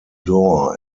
door